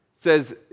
says